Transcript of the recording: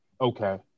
okay